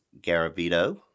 Garavito